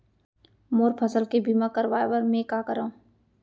मोर फसल के बीमा करवाये बर में का करंव?